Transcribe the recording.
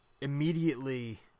immediately